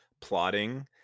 plotting